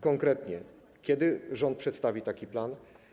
Konkretnie: Kiedy rząd przedstawi taki plan?